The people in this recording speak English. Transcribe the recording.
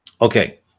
Okay